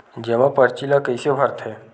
जमा परची ल कइसे भरथे?